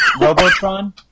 Robotron